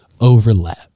overlap